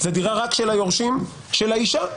זו דירה רק של היורשים של האישה.